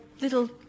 little